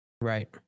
Right